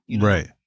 Right